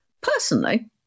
personally